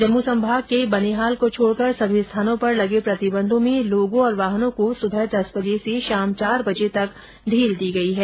जम्मू संभाग के बनिहाल को छोड़कर सभी स्थानों पर लगे प्रतिबंधों में लोगों और वाहनों को सुबह दस बजे से शाम चार बजे तक ढील दी गई है